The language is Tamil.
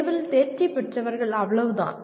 தேர்வில் தேர்ச்சி பெற்றவர்கள் அவ்வளவு தான்